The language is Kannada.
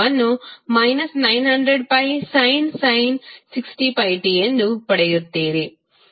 ಆದರೆ ಶಕ್ತಿ p vi